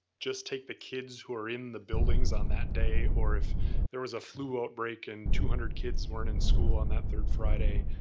just take the kids who are in the buildings on that day, or if there was a flu outbreak and two hundred kids weren't in school on that third friday,